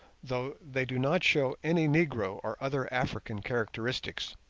though they do not show any negro or other african characteristics.